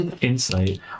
Insight